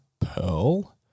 Pearl